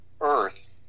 Earth